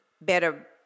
better